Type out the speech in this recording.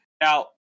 Now